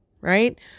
right